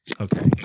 Okay